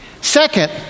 Second